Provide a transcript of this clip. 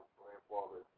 grandfather